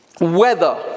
weather